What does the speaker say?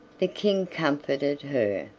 the king comforted her,